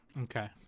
Okay